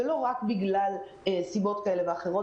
ולא בגלל הרבה סיבות כאלו ואחרות.